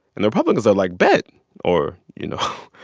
and the republicans are, like, bet or, you know,